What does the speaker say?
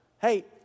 Hey